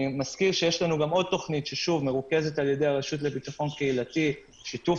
אני מזכיר שיש עוד תכנית שמרוכזת על ידי הרשות לביטחון קהילתי בשיתוף